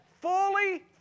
fully